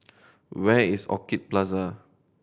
where is Orchid Plaza